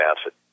acid